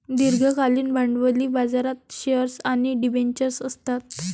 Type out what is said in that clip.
दीर्घकालीन भांडवली बाजारात शेअर्स आणि डिबेंचर्स असतात